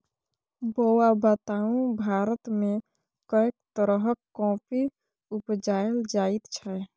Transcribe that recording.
बौआ बताउ भारतमे कैक तरहक कॉफी उपजाएल जाइत छै?